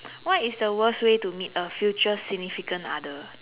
what is the worst way to meet a future significant other